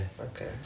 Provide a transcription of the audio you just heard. Okay